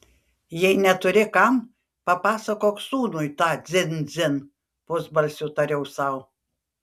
jei neturi kam papasakok sūnui tą dzin dzin pusbalsiu tariau sau